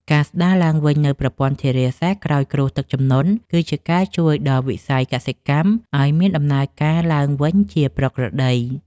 ការស្តារឡើងវិញនូវប្រព័ន្ធធារាសាស្ត្រក្រោយគ្រោះទឹកជំនន់ គឺជាការជួយដល់វិស័យកសិកម្មឱ្យមានដំណើរការឡើងវិញជាប្រក្រតី។